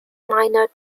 minor